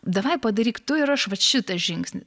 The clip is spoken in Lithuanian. davai padaryk tu ir aš vat šitą žingsnį